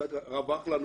קצת רווח לנו